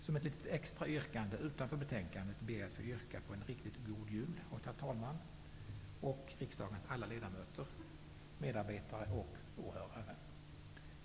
Som ett litet extra yrkande utanför betänkandet ber jag att få yrka på en riktigt God Jul åt herr talmannen och riksdagens alla ledamöter, medarbetare och åhörare.